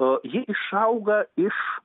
o ji išauga iš